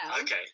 okay